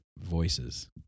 voices